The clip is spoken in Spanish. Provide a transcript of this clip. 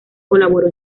colaboró